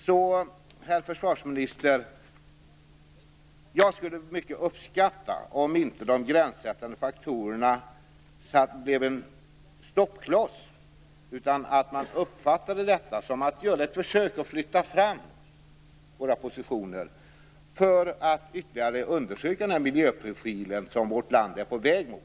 Så, herr försvarsminister, jag skulle uppskatta om inte de gränssättande faktorerna blev en stoppkloss utan man ville göra ett försök att flytta fram positionerna för att ytterligare undersöka den miljöprofil som vårt land är på väg mot.